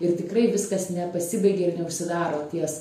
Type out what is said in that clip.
ir tikrai viskas nepasibaigė ir neužsidaro ties